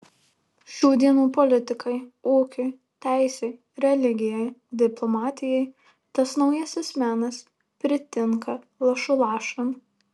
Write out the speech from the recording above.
šių dienų politikai ūkiui teisei religijai diplomatijai tas naujasis menas pritinka lašu lašan